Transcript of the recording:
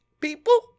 people